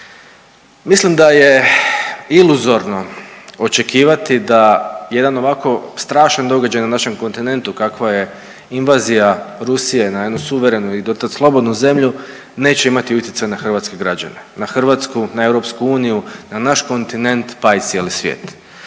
Mislim da je iluzorno očekivati da jedan ovako strašan događaj na našem kontinentu kakva je invazija Rusije na jednu suverenu i dotad slobodnu zemlju neće imati utjecaj na hrvatske građane, na Hrvatsku, na EU, na naš kontinent pa i cijeli svijet.